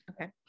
Okay